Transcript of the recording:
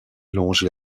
longe